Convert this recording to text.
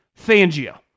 Fangio